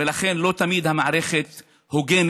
ולכן לא תמיד המערכת הוגנת,